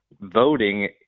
voting